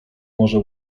może